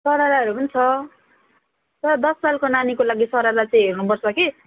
सररहरू पनि छ दस सालको नानीको लागि सरलाल चाहिँ हेर्नु पर्छ कि